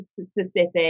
specific